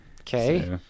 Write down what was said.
Okay